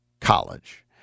college